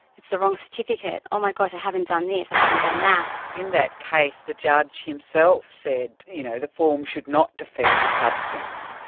it's the wrong certificate, oh my gosh i haven't done this, i haven't done that. in that case the judge himself said, you know, the form should not defeat the substance.